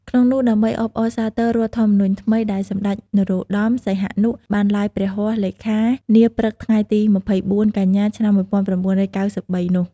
ក្នុងនោះ ដើម្បីអបអរសាទររដ្ឋធម្មនុញ្ញថ្មីដែលសម្តេច នរោត្តម សីហនុ បានឡាយព្រះហស្តលេខានាព្រឹកថ្ងៃទី២៤ កញ្ញា ឆ្នាំ១៩៩៣ នោះ។